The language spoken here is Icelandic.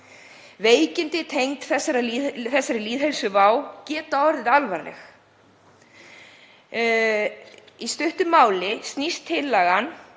Veikindi tengd þessari lýðheilsuvá geta orðið alvarleg. Í stuttu máli snýst tillagan